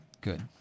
Good